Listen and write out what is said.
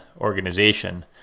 organization